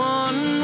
one